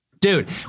Dude